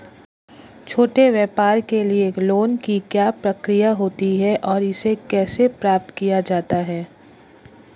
छोटे व्यापार के लिए लोंन की क्या प्रक्रिया होती है और इसे कैसे प्राप्त किया जाता है?